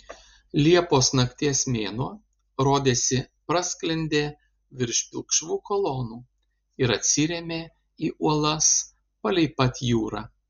liepos nakties mėnuo rodėsi prasklendė virš pilkšvų kolonų ir atsirėmė į uolas palei pat jūrą